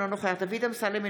אינו נוכח דוד אמסלם,